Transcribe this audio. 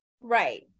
Right